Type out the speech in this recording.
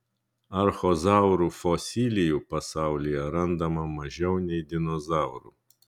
archozaurų fosilijų pasaulyje randama mažiau nei dinozaurų